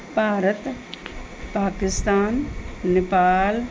Bharat Pakistan Nepal